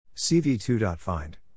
CV2.find